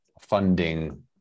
funding